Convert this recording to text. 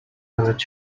гаргаж